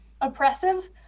oppressive